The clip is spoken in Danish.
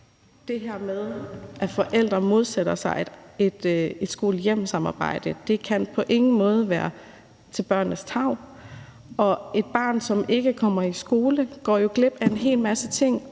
det her med, at forældre modsætter sig skole-hjem-samarbejdet, på ingen måde kan være barnets tarv. Og et barn, der ikke kommer i skole, går jo glip af en hel masse ting